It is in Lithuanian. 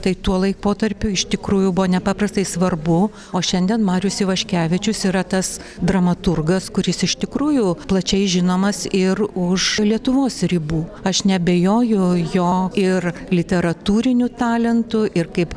tai tuo laikotarpiu iš tikrųjų buvo nepaprastai svarbu o šiandien marius ivaškevičius yra tas dramaturgas kuris iš tikrųjų plačiai žinomas ir už lietuvos ribų aš neabejoju jo ir literatūriniu talentu ir kaip